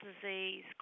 disease